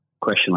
question